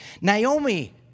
Naomi